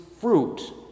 fruit